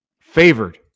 favored